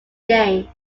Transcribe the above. gain